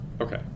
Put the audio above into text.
Okay